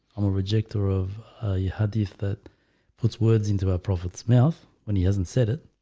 i'm a rejecter of hadith that puts words into our prophets mouth when he hasn't said it